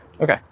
Okay